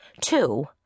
two